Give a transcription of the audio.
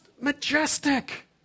majestic